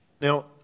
Now